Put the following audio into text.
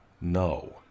No